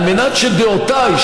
על מנת שדעותיי,